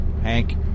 Hank